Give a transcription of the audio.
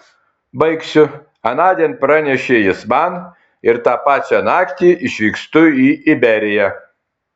baigsiu anądien pranešė jis man ir tą pačią naktį išvykstu į iberiją